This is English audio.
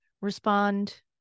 respond